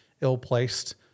ill-placed